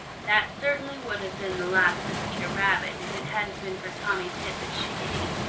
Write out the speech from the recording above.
that certainly would have been the last of peter rabbit if it hadn't been for tommy tit the chickadee.